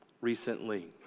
recently